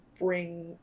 bring